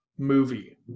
movie